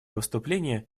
выступление